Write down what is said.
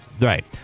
Right